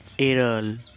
ᱤᱨᱟᱹᱞ